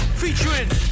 featuring